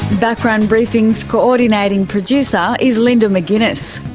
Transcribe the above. background briefing's coordinating producer is linda mcginness.